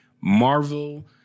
Marvel